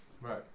Right